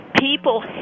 People